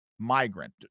migrant